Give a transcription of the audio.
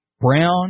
brown